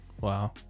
Wow